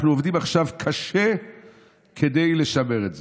אנחנו עובדים עכשיו קשה כדי לשמר את זה.